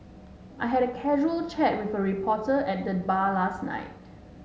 I had a casual chat with a reporter at the bar last night